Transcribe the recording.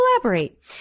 collaborate